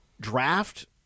draft